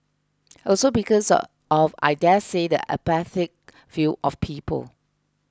also because of I daresay the apathetic view of people